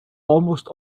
almost